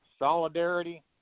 Solidarity